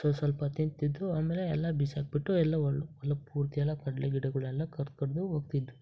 ಸ್ವಲ್ಪ ಸ್ವಲ್ಪ ತಿಂತಿದ್ದವು ಆಮೇಲೆ ಎಲ್ಲ ಬಿಸಾಕಿ ಬಿಟ್ಟು ಎಲ್ಲ ಹೊಲ್ ಹೊಲುದ್ ಪೂರ್ತಿ ಎಲ್ಲ ಕಡಲೆ ಗಿಡಗಳೆಲ್ಲ ಕಡ್ದು ಕಡ್ದು ಹೊಗ್ತಿದ್ವು